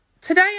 today